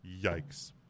yikes